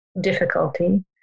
difficulty